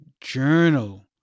journal